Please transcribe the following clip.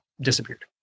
disappeared